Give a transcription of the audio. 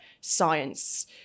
science